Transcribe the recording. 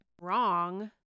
wrong